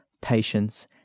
patience